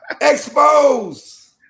Expose